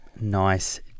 nice